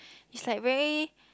is like very